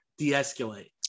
Deescalate